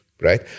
right